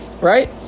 Right